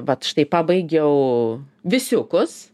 vat štai pabaigiau visiukus